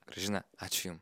gražina ačiū jum